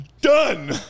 done